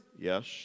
yes